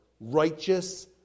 Righteous